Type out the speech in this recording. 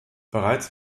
bereits